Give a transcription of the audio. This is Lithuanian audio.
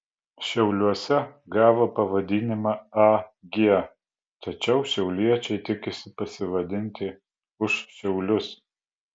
šiauliuose gavo pavadinimą ag tačiau šiauliečiai tikisi pasivadinti už šiaulius